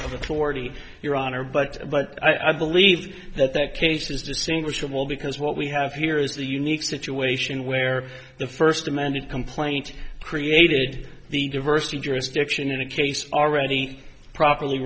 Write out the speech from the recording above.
of authority your honor but but i believe that that case is distinguishable because what we have here is a unique situation where the first amended complaint created the diversity jurisdiction in a case already properly